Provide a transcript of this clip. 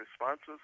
responses